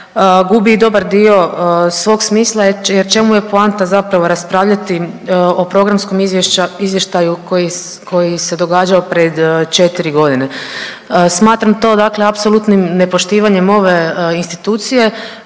gubi i dobar dio svog smisla, jer u čemu je poanta zapravo raspravljati o programskom izvještaju koji se događao pred 4 godine. Smatram to dakle apsolutnim nepoštivanjem ove institucije